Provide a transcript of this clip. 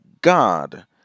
god